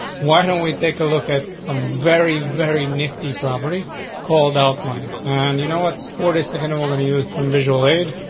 why don't we take a look at some very, very nifty property called outline on? and you know what? forty second. and we're going to use some visual aid.